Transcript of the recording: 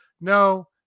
No